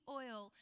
oil